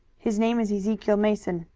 his name is ezekiel mason.